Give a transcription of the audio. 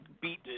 beat